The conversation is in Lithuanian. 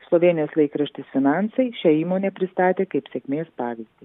slovėnijos laikraštis finansai šią įmonę pristatė kaip sėkmės pavyzdį